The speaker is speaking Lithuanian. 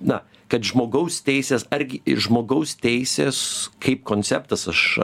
na kad žmogaus teisės argi žmogaus teisės kaip konceptas aš